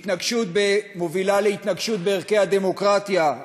התנגשות מובילה להתנגשות עם ערכי הדמוקרטיה,